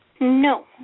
No